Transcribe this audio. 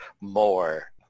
More